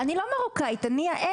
אני לא מרוקאית, אני יעל.